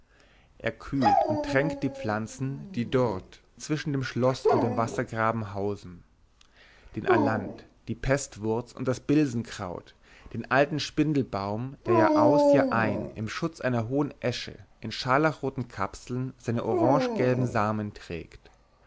er kühlt und tränkt die pflanzen die dort zwischen dem schloß und dem wassergraben hausen den alant die pestwurz und das bilsenkraut den alten spindelbaum der jahr aus jahr ein im schutz einer hohen esche in scharlachroten kapseln seine orangegelben samen trägt